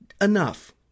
Enough